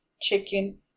chicken